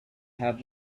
have